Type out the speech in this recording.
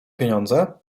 pieniądze